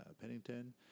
Pennington